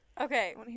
Okay